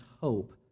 hope